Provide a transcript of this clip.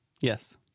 Yes